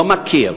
לא מכיר.